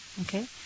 Okay